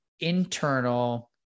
Internal